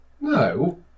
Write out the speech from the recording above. No